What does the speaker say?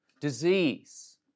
Disease